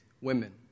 women